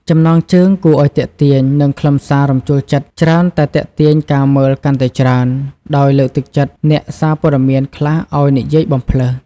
ចំណងជើងគួរឱ្យទាក់ទាញ និងខ្លឹមសាររំជួលចិត្តច្រើនតែទាក់ទាញការមើលកាន់តែច្រើន ដោយលើកទឹកចិត្តអ្នកសារព័ត៌មានខ្លះឱ្យនិយាយបំផ្លើស។